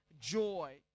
joy